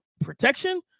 protection